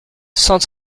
cent